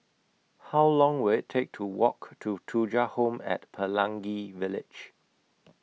How Long Will IT Take to Walk to Thuja Home At Pelangi Village